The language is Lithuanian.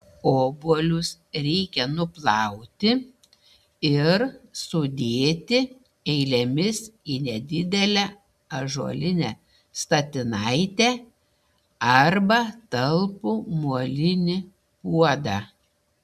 obuolius reikia nuplauti ir sudėti eilėmis į nedidelę ąžuolinę statinaitę arba talpų molinį puodą